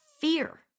fear